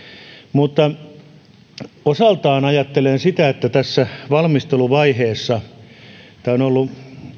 mutta osaltaan ajattelen sitä että tässä valmisteluvaiheessa tämä on ollut